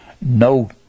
No